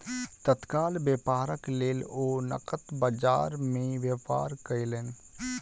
तत्काल व्यापारक लेल ओ नकद बजार में व्यापार कयलैन